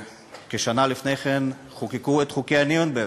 כשנה לפני כן חוקקו את חוקי נירנברג,